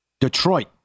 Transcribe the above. Detroit